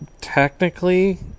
Technically